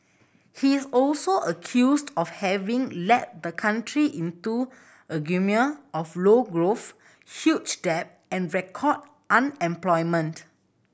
he is also accused of having led the country into a of low growth huge debt and record unemployment